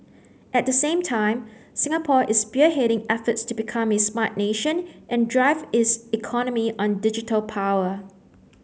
at the same time Singapore is spearheading efforts to become a smart nation and drive its economy on digital power